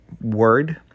word